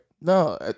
No